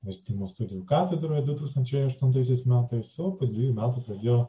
vertimų studijų katedroje du tūkstančiai aštuntaisiais metais o po dvejų metų pradėjo